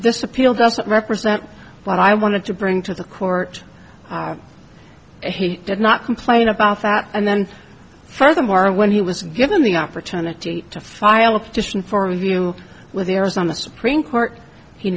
this appeal does not represent what i wanted to bring to the court and he did not complain about that and then furthermore when he was given the opportunity to file a petition for review with the errors on the supreme court he